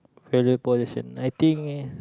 value possession I think eh